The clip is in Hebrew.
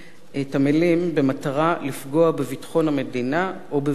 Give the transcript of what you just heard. את המלים: "במטרה לפגוע בביטחון המדינה או בביטחון תושביה",